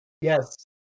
Yes